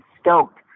stoked